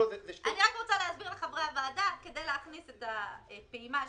אני רק רוצה להסביר לחברי הוועדה: כדי להכניס את הפעימה השנייה,